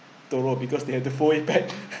teruk because they have to fold it back